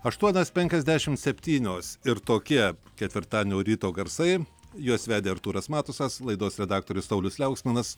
aštuonios penkiasdešim septynios ir tokie ketvirtadienio ryto garsai juos vedė artūras matusas laidos redaktorius saulius liauksminas